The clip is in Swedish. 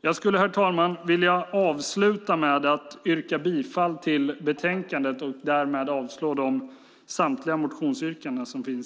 Jag skulle, herr talman, vilja avsluta med att yrka bifall till utskottets förslag i betänkandet och avslag på samtliga motionsyrkanden.